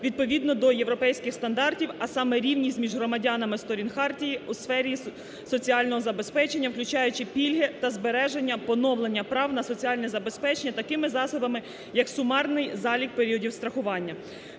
відповідно до європейських стандартів, а саме рівність між громадянами сторін хартії у сфері соціального забезпечення, включаючи пільги та збереження, поновлення прав на соціальне забезпечення такими засобами, як сумарний залік періодів страхування.